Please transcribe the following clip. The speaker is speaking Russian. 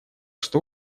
что